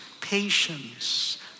patience